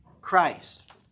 Christ